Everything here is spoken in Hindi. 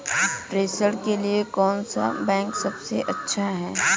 प्रेषण के लिए कौन सा बैंक सबसे अच्छा है?